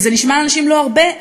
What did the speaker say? זה נשמע לאנשים לא הרבה,